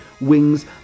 Wings